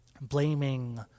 blaming